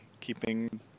keeping